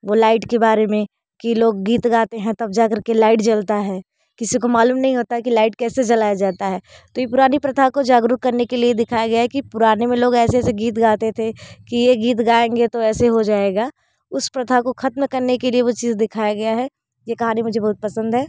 वो लाइट के बारे में कि लोग गीत गाते हैं तब जा कर के लाइट जलती है किसी को मालूम नहीं होता है कि लाइट कैसे जलाई जाती है तो ये पुरानी प्रथा को जागरूक करने के लिए दिखाया गया है कि पुराने में लोग ऐसे ऐसे गीत गाते थे कि ये गीत गाएंगे तो ऐसे हो जाएगा उस प्रथा को ख़त्म करने के लिए वो चीज़ दिखाया गया है ये कहानी मुझे बहुत पसंद है